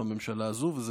וגם הממשלה הזאת,